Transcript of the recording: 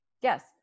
Yes